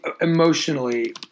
emotionally